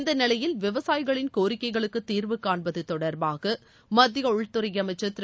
இந்த நிலையில் விவசாயிகளின் கோரிக்கைகளுக்கு தீர்வு காண்பது தொடர்பாக மத்திய உள்துறை அமைச்சர் திரு